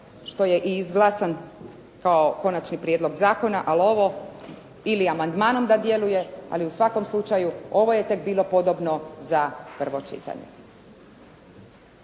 što je i izglasan kao konačni prijedlog zakona, ali ovo ili amandmanom da djeluje, ali u svakom slučaju, ovo je tek bilo podobno za prvo čitanje.